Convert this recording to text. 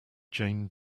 jane